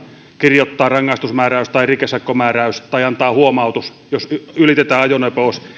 kirjoittaa rangaistusmääräys rikesakkomääräys tai antaa huomautus jos ylitetään ajonopeus